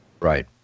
Right